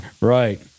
Right